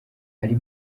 ari